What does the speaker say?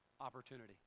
Opportunity